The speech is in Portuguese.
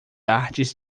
artes